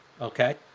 okay